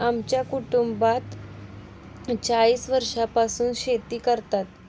आमच्या कुटुंबात चाळीस वर्षांपासून शेती करतात